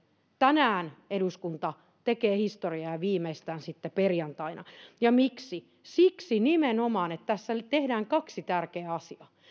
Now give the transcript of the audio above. tänään eduskunta tekee historiaa ja viimeistään sitten perjantaina ja miksi siksi nimenomaan että tässä tehdään kaksi tärkeää asiaa